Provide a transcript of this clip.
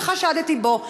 שחשדתי בו.